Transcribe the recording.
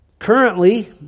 Currently